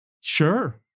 sure